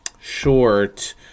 short